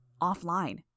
Offline